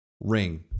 ring